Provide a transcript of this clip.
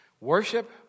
Worship